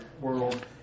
world